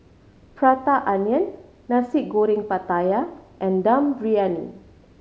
Prata Onion Nasi Goreng Pattaya and Dum Briyani